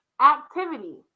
activity